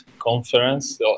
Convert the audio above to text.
conference